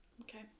okay